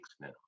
now